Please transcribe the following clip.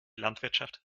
landwirtschaft